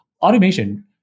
Automation